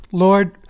Lord